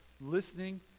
listening